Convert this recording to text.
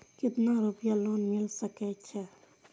केतना रूपया लोन मिल सके छै?